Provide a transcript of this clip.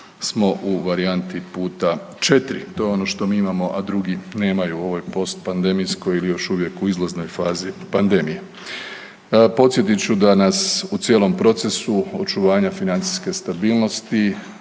smo u varijanti puta 4, to je ono što mi imamo, a drugi nemaju u ovoj postpandemijskoj ili još uvijek, u izlaznoj fazi pandemije. Podsjetit ću da nas u cijelom procesu očuvanja financijske stabilnosti